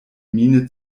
miene